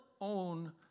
own